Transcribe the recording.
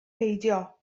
peidio